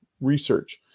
research